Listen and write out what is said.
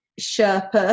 Sherpa